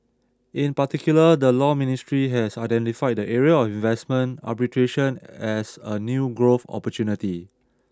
in particular the Law Ministry has identified the area of investment arbitration as a new growth opportunity